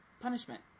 punishment